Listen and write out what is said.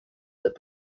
that